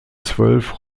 zwölf